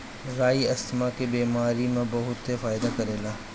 राई asthma के बेमारी में बहुते फायदा करेला